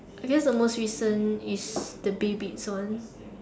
I guess the most recent is the baybeats ones